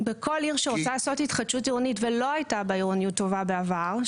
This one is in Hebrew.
בכל עיר שרוצה לעשות התחדשות עירונית ולא הייתה בה עירוניות טובה בעבר,